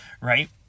right